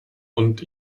und